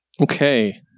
okay